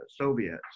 Soviets